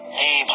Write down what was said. hey